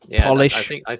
Polish